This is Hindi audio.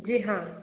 जी हाँ